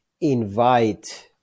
invite